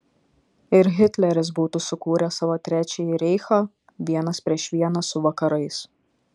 ir hitleris būtų sukūręs savo trečiąjį reichą vienas prieš vieną su vakarais